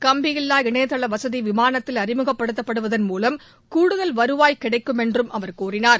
கம்பியில்லா இணையதள வசதி விமானத்தில் அறிமுகப்படுத்தப்படுவதன் மூலம் கூடுதல் வருவாய் கிடைக்கும் என்றும் அவர் கூறினார்